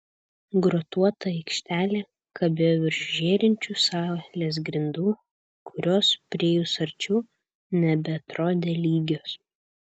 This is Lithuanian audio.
grotuota aikštelė kabėjo virš žėrinčių salės grindų kurios priėjus arčiau nebeatrodė lygios